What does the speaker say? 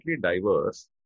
diverse